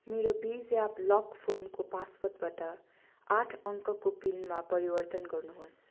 मेरो पेज्याप लक फोनको पासवर्डबाट आठ अङ्कको पिनमा परिवर्तन गर्नुहोस्